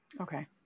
Okay